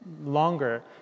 longer